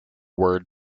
word